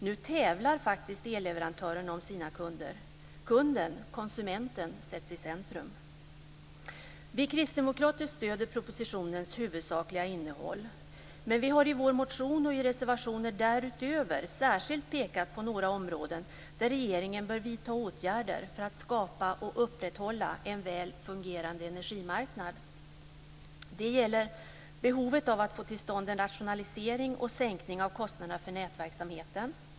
Nu tävlar faktiskt elleverantörerna om sina kunder. Kunden, konsumenten, sätts i centrum. Vi kristdemokrater stöder propositionens huvudsakliga innehåll. Men vi har i vår motion och i reservationer därutöver särskilt pekat på några områden där regeringen bör vidta åtgärder för att skapa och upprätthålla en väl fungerande energimarknad. Det gäller behovet av att få till stånd en rationalisering och sänkning av kostnaderna för nätverksamheten.